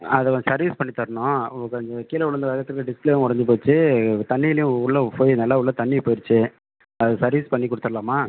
அதை கொஞ்சம் சர்வீஸ் பண்ணி தரணும் கொஞ்சம் கீழே விழுந்த வேகத்துக்கு டிஸ்ப்ளேவும் ஒடைஞ்சி போச்சு தண்ணிலேயும் உள்ளே போய் நல்லா உள்ளே தண்ணி போய்ருச்சி அதை சர்வீஸ் பண்ணி கொடுத்தர்லாமா